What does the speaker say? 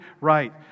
right